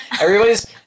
everybody's-